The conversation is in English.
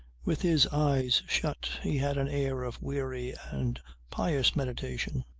with his eyes shut he had an air of weary and pious meditation.